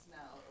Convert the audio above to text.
now